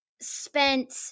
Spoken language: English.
spent